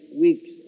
weeks